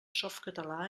softcatalà